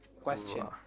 Question